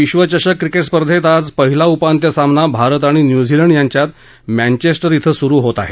विश्वचषक क्रिकेट स्पर्धेत आज पहिला उपांत्य सामना भारत आणि न्यूझीलंड यांच्यात मँचेस्टर श्वें सुरु झाला आहे